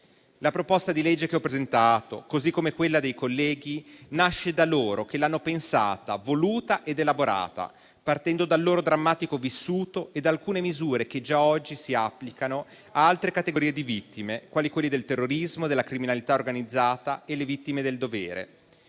La proposta di legge che ho presentato, così come quella dei colleghi, nasce da loro, che l'hanno pensata, voluta ed elaborata partendo dal loro drammatico vissuto e da alcune misure che già oggi si applicano ad altre categorie di vittime, quali quelle del terrorismo, della criminalità organizzata e del dovere.